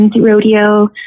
rodeo